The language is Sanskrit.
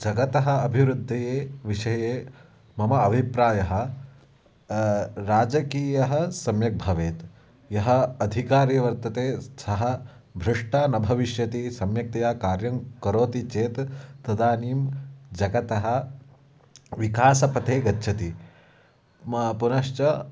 जगतः अभिवृद्धेः विषये मम अभिप्रायः राजकीयः सम्यक् भवेत् यः अधिकारी वर्तते सः भ्रष्टः न भविष्यति सम्यक्तया कार्यं करोति चेत् तदानीं जगतः विकासपथे गच्छति म पुनश्च